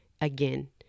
again